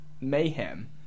mayhem